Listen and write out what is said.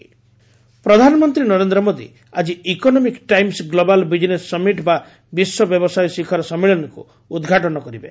PM ET GBS ପ୍ରଧାନମନ୍ତ୍ରୀ ନରେନ୍ଦ୍ର ମୋଦୀ ଆଜି Economic Times Global Business Summit ବା ବିଶ୍ୱ ବ୍ୟବସାୟ ଶିଖର ସମ୍ମିଳନୀକୁ ଉଦ୍ଘାଟନ କରିବେ